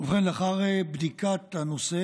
לאחר בדיקת הנושא,